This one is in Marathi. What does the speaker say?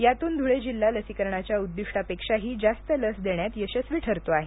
यातून धुळे जिल्हा लसीकरणाच्या उद्दीष्टापेक्षाही जास्त लस देण्यात यशस्वी ठरतो आहे